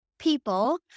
people